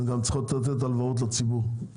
הם גם צריכים לתת הלוואות לציבור.